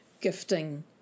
gifting